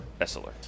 Essler